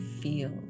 feel